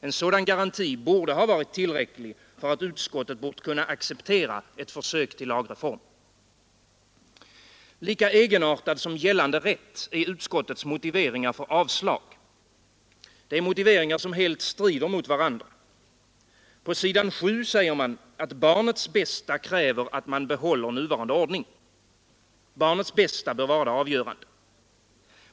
En sådan garanti borde ha varit tillräcklig för att utskottet skulle kunna acceptera ett försök till lagreform. Lika egenartade som gällande rätt är utskottets motiveringar för avstyrkande. Det är motiveringar som helt strider mot varandra. På s. 7 säger man att barnets bästa kräver att man behåller nuvarande ordning. Barnets bästa bör vara det avgörande.